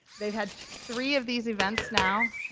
they had three of these events now.